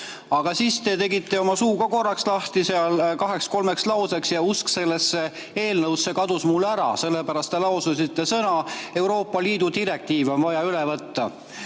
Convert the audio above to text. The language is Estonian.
Aga siis te tegite oma suu ka korraks lahti, kaheks-kolmeks lauseks, ja usk sellesse eelnõusse kadus mul ära. Sellepärast, et te laususite sõnad "Euroopa Liidu direktiiv on vaja üle võtta."